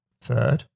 Third